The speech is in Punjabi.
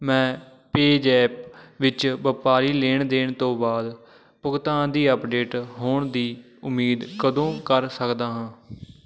ਮੈਂ ਪੇਜੈਪ ਵਿੱਚ ਵਪਾਰੀ ਲੈਣ ਦੇਣ ਤੋਂ ਬਾਅਦ ਭੁਗਤਾਨ ਦੀ ਅੱਪਡੇਟ ਹੋਣ ਦੀ ਉਮੀਦ ਕਦੋਂ ਕਰ ਸਕਦਾ ਹਾਂ